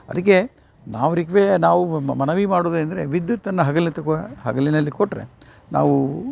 ಅದಕ್ಕೆ ನಾವು ರಿಕ್ವೇ ನಾವು ಮನವಿ ಮಾಡುದೇನೆಂದರೆ ವಿದ್ಯುತ್ತನ್ನ ಹಗಲೆತ್ತು ಕೋ ಹಗಲಿನಲ್ಲಿ ಕೊಟ್ಟರೆ ನಾವು